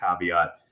caveat